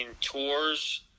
tours